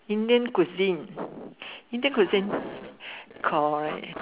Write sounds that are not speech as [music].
Indian cuisine Indian cuisine [breath] correct